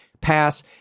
pass